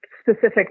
specific